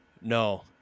No